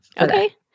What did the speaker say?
Okay